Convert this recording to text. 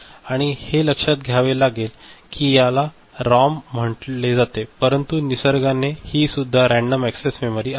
आणि हे लक्षात घ्यावे लागेल की याला रॉम म्हटले जाते परंतु निसर्गाने ही सुद्धा रँडम एक्सेस मेमरी आहे